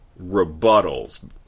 rebuttals